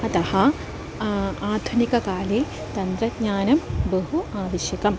अतः आधुनिककाले तन्त्रज्ञानं बहु आवश्यकम्